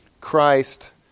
Christ